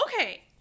okay